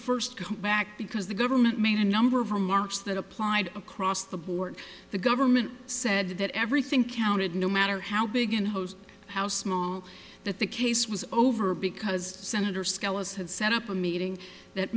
first come back because the government made a number of remarks that applied across the board the government said that everything counted no matter how big and hose how small that the case was over because senator skelos had set up a meeting that